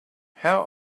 how